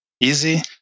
easy